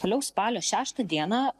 toliau spalio šeštą dieną